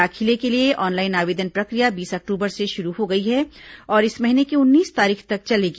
दाखिले के लिए ऑनलाइन आवेदन प्रक्रिया बीस अक्टूबर से शुरू हो गई है और इस महीने की उन्नीस तारीख तक चलेगी